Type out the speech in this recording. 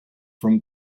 from